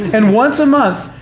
and once a month,